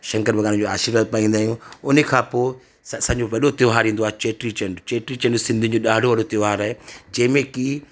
शंकर भॻवान जो आशिर्वाद पाईंदा आहियूं उन खां पोइ असांजो वॾो त्योहारु ईंदो आहे चेटी चंडु चेटी चंडु सिंधियुनि जो ॾाढो वॾो त्योहारु आहे जंहिंमें की